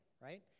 right